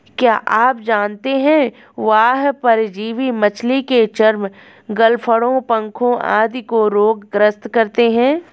क्या आप जानते है बाह्य परजीवी मछली के चर्म, गलफड़ों, पंखों आदि को रोग ग्रस्त करते हैं?